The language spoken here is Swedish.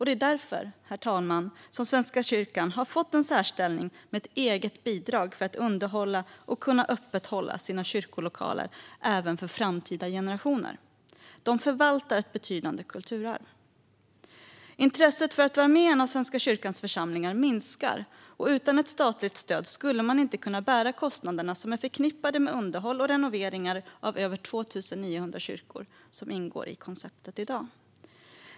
Det är därför, herr talman, som Svenska kyrkan har fått en särställning med ett eget bidrag för att underhålla och kunna öppethålla sina kyrkolokaler även för framtida generationer. De förvaltar ett betydande kulturarv. Intresset för att vara med i en av Svenska kyrkans församlingar minskar. Utan ett statligt stöd skulle man inte kunna bära kostnaderna som är förknippade med underhåll och renoveringar av de över 2 900 kyrkor som i dag ingår i konceptet.